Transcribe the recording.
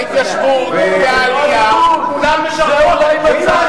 וההתיישבות והעלייה, כולן משרתות.